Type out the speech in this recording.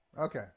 Okay